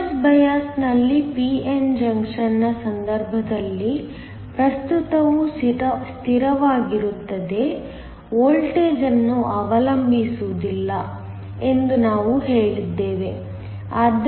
reverse ಬಯಾಸ್ನಲ್ಲಿ p n junction ನ ಸಂದರ್ಭದಲ್ಲಿ ಪ್ರಸ್ತುತವು ಸ್ಥಿರವಾಗಿರುತ್ತದೆ ವೋಲ್ಟೇಜ್ ಅನ್ನು ಅವಲಂಬಿಸುವುದಿಲ್ಲ ಎಂದು ನಾವು ಹೇಳಿದ್ದೇವೆ